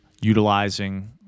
utilizing